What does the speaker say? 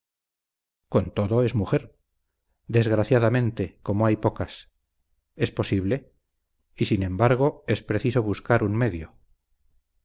con todo es mujer desgraciadamente como hay pocas es posible y sin embargo es preciso buscar un medio